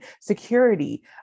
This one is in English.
security